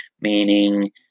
meaning